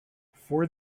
for